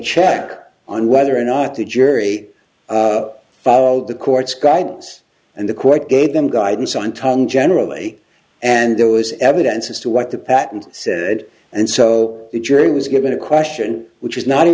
check on whether or not the jury followed the court's guidance and the court gave them guidance on tongue generally and there was evidence as to what the patent said and so the jury was given a question which is not